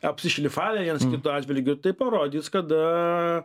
apsišlifavę viens kito atžvilgiu tai parodys kada